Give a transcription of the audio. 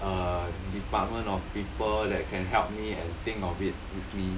err department of people that can help me and think of it with me